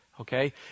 Okay